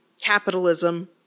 capitalism